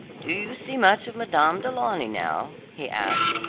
do you see much of madame du launy now? he asked.